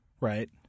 right